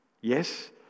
Yes